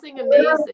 amazing